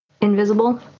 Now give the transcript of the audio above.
invisible